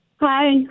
Hi